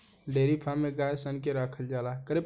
dairy farm में गाय सन के राखल जाला